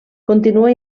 continua